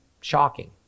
shocking